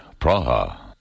Praha